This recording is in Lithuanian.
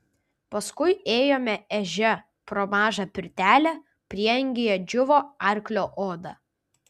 paskui ėjome ežia pro mažą pirtelę prieangyje džiūvo arklio oda